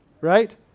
right